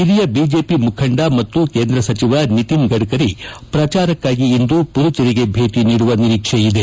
ಹಿರಿಯ ಬಿಜೆಪಿ ಮುಖಂಡ ಮತ್ತು ಕೇಂದ್ರ ಸಚಿವ ನಿತಿನ್ ಗಡ್ಡರಿ ಪ್ರಚಾರಕ್ಕಾಗಿ ಇಂದು ಪುದುಚೇರಿಗೆ ಭೇಟ ನೀಡುವ ನಿರೀಕ್ಷೆ ಇದೆ